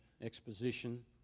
exposition